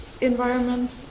environment